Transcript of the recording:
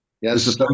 Yes